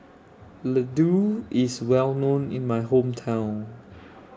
Ladoo IS Well known in My Hometown